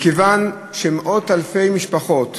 מכיוון שמאות אלפי משפחות